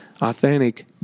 authentic